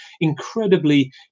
incredibly